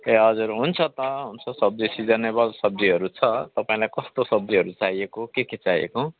ए हजुर हुन्छ त हुन्छ सब्जी सिजनेबल सब्जीहरू छ तपाईँलाई कस्तो सब्जीहरू चाहिएको के के चाहिएको